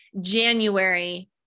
January